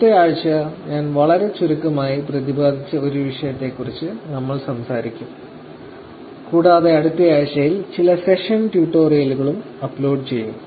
അടുത്തയാഴ്ച ഞാൻ വളരെ ചുരുക്കമായി പ്രതിപാദിച്ച ഒരു വിഷയത്തെക്കുറിച്ച് നമ്മൾ സംസാരിക്കും കൂടാതെ അടുത്തയാഴ്ചയിൽ ചില സെഷൻ ട്യൂട്ടോറിയലുകളും അപ്ലോഡ് ചെയ്യും